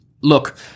Look